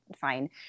fine